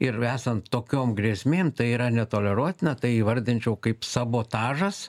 ir esant tokiom grėsmėm tai yra netoleruotina tai įvardinčiau kaip sabotažas